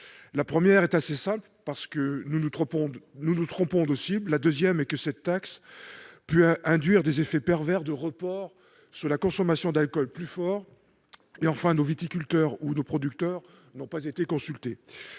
La première est assez simple : nous nous trompons de cible. La deuxième est que cette taxe pourrait induire des effets pervers de report vers la consommation d'alcools plus forts. Troisièmement, nos viticulteurs et producteurs d'alcool n'ont pas été consultés.